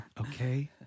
okay